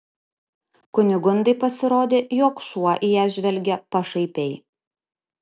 kunigundai pasirodė jog šuo į ją žvelgia pašaipiai